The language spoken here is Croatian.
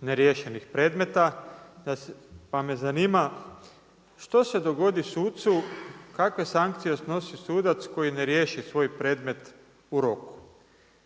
neriješenih predmeta, pa me zanima, što se dogodi sucu, kakve sankcije snosi sudac koji ne riješi svoj predmet u roku?